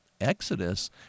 Exodus